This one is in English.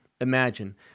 imagine